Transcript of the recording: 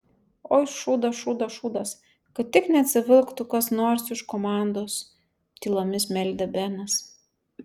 oi šūdas šūdas šūdas kad tik neatsivilktų kas nors iš komandos tylomis meldė benas